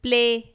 play